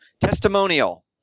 testimonial